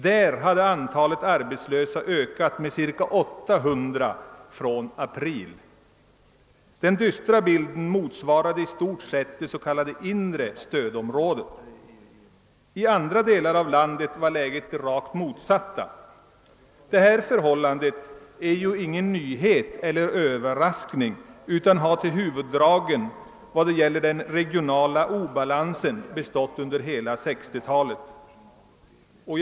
Där hade antalet arbetslösa ökat med ca 800 från april. Den dystra bilden motsvarade i stort sett det s.k. inre stödområdet. I andrå delar av landet var läget det rakt motsatta. Detta förhållande är ju ingen nyhet och innebär ingen överraskning, utan till sina huvuddrag vad beträffar den regionala bristen på balans har det bestått under hela 1960-talet.